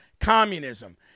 communism